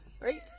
Right